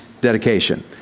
dedication